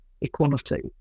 equality